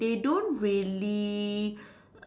they don't really